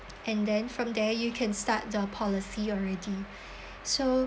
and then from there you can start the policy already so